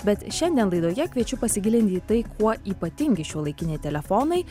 bet šiandien laidoje kviečiu pasigilinti į tai kuo ypatingi šiuolaikiniai telefonai